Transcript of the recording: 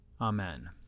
Amen